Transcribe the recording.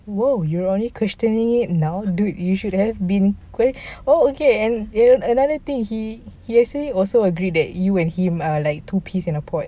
!whoa! you're only questioning it now dude you should have been oh okay and another thing he he actually also agree that you and him are like two peas in a pod